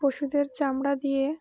পশুদের চামড়া দিয়ে